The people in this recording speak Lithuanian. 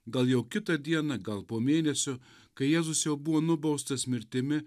gal jau kitą dieną gal po mėnesio kai jėzus jau buvo nubaustas mirtimi